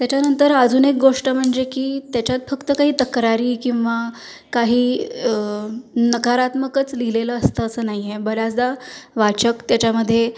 त्याच्यानंतर अजून एक गोष्ट म्हणजे की त्याच्यात फक्त काही तक्रारी किंवा काही नकारात्मकच लिहिलेलं असतं असं नाही आहे बऱ्याचदा वाचक त्याच्यामध्ये